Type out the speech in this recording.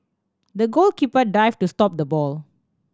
the goalkeeper dived to stop the ball